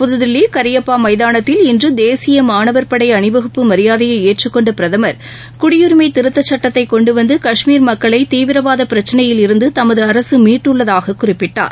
புத்தில்லி கரியப்பா மைதானத்தில் இன்று தேசிய மாணவர் படை அணிவகுப்பு மரியாதையை ஏற்றுக்கொண்ட பிரதமர் குடியுரிமை திருத்தச் சட்டத்தை கொண்டுவந்து கஷ்மீர் மக்களை தீவிரவாத பிரச்சினையில் இருந்து தமது அரசு மீட்டுள்ளதாக குறிப்பிட்டார்